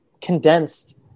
condensed